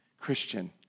Christian